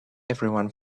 everyone